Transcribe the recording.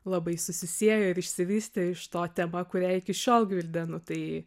labai susisiejo ir išsivystė iš to tema kurią iki šiol gvildenu tai